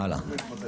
הלאה.